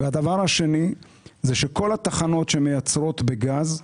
שנית, כל התחנות שמייצרות בגז,